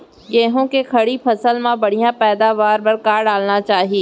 गेहूँ के खड़ी फसल मा बढ़िया पैदावार बर का डालना चाही?